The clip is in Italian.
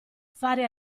fare